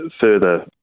further